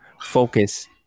focus